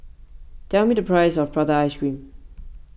tell me the price of Prata Ice Cream